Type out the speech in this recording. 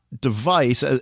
device